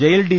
jail D